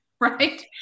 right